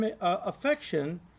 affection